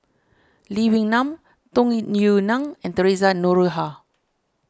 Lee Wee Nam Tung Yue Nang and theresa Noronha